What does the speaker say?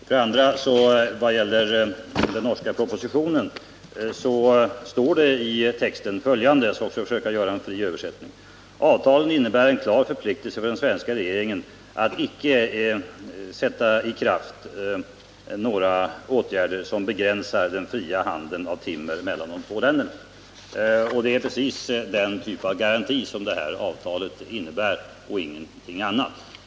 För det andra står följande i texten till den norska propositionen — också jag skall försöka göra en fri översättning: Avtalet innebär en klar förpliktelse för den svenska regeringen att icke sätta i kraft några åtgärder som begränsar den fria handeln av timmer mellan de två länderna. Det är precis den typ av garanti det här avtalet innebär och ingenting annat.